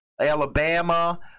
Alabama